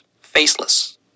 faceless